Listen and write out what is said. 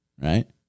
Right